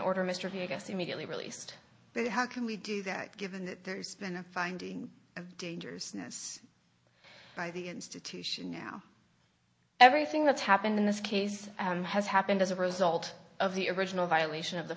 order mr vegas immediately released but how can we do that given that there's been a finding of dangers snus by the institution now everything that's happened in this case has happened as a result of the original violation of the